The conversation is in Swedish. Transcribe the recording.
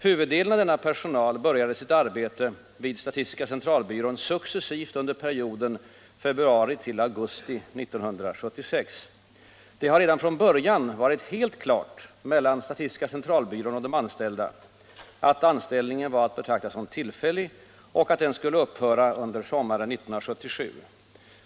Huvuddelen av denna personal började sitt arbete vid statistiska centralbyrån successivt under perioden februari-augusti 1976. Det har redan från början varit helt klart mellan statistiska centralbyrån och de anställda att anställningen var att betrakta som tillfällig och att den skulle upphöra under sommaren 1977.